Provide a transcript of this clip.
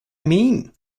mean